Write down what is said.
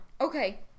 Okay